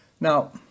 Now